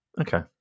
okay